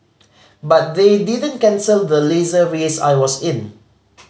but they didn't cancel the Laser race I was in